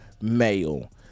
male